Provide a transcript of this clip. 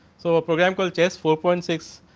so, program call chess four point six